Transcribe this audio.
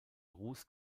ruß